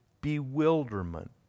bewilderment